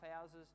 houses